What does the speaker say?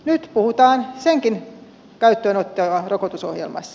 nyt puhutaan senkin käyttöönottoa rokotusohjelmassa